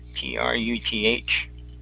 T-R-U-T-H